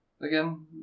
Again